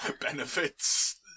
Benefits